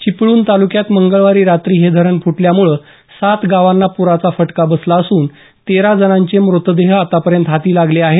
चिपळून तालुक्यात मंगळवारी रात्री हे धरण फुटल्यामुळं सात गावांना प्राचा फटका बसला असून तेरा जणांचे मृतदेह आतापर्यंत हाती लागले आहेत